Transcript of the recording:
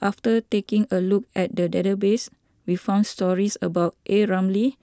after taking a look at the database we found stories about A Ramli